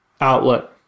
outlet